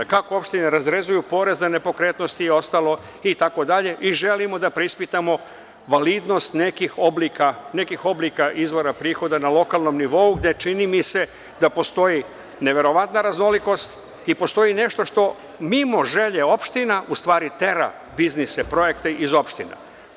Kako opštine razrezuju poreze, nepokretnosti i ostalo itd, i želimo da preispitamo validnost nekih oblika izvora prihoda na lokalnom nivou gde čini mi se da postoji neverovatna raznolikost i postoji nešto što mimo želje opština u stvari tera biznise, projekte iz opština.